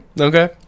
Okay